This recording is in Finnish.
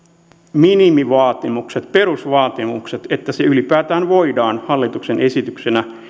minimivaatimukset perusvaatimukset että se ylipäätään voidaan hallituksen esityksenä